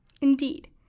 Indeed